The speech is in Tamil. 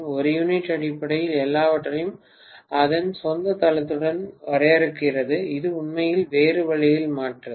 ஒரு யூனிட் அடிப்படையில் எல்லாவற்றையும் அதன் சொந்த தளத்துடன் வரையறுக்கிறது அது உண்மையில் வேறு வழியில் மாற்றாது